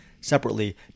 separately